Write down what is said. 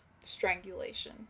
strangulation